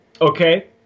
Okay